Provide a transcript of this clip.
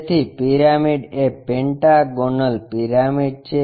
તેથી પિરામિડ એ pentagonal pyramid છે